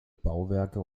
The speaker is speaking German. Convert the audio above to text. bauwerke